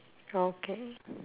okay